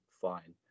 fine